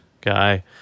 guy